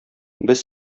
без